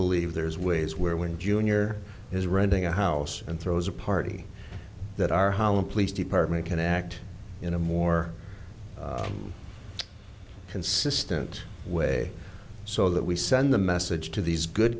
believe there's ways where when junior is renting a house and throws a party that our hala police department can act in a more consistent way so that we send the message to these good